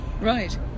Right